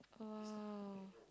!wah!